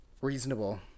reasonable